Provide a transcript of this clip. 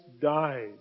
died